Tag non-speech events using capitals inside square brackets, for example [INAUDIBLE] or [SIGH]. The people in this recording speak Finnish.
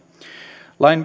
lain [UNINTELLIGIBLE]